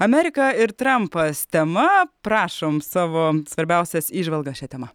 amerika ir trampas tema prašom savo svarbiausias įžvalgas šia tema